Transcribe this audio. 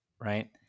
right